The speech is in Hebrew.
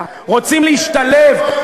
רוצים להשתלב,